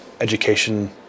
Education